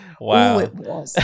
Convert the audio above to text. Wow